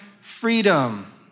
freedom